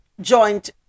joint